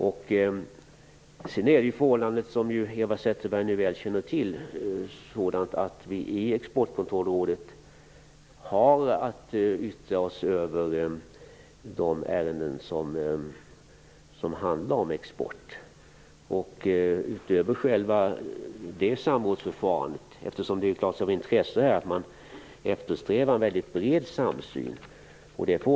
Som Eva Zetterberg mycket väl känner till är förhållandet sådant att vi i Exportkontrollrådet har att yttra oss över de ärenden som handlar om export. Självfallet är det av intresse att eftersträva en bred samsyn.